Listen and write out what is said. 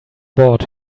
board